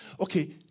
Okay